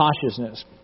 cautiousness